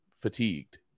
fatigued